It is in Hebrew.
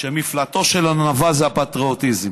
שמפלטו של הנבל זה הפטריוטיזם.